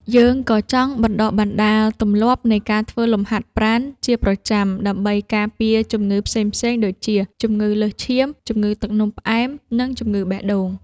យើងក៏ចង់បណ្ដុះទម្លាប់នៃការធ្វើលំហាត់ប្រាណជាប្រចាំ ដើម្បីការពារជំងឺផ្សេងៗដូចជា ជំងឺលើសឈាម ជំងឺទឹកនោមផ្អែម និងជំងឺបេះដូង។